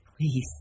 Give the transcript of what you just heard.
Please